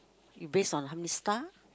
you base on how many star